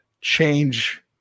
change